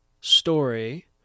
story